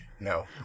No